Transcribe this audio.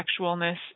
sexualness